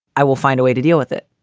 i will find a way to deal with it.